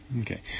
Okay